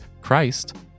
Christ